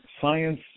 science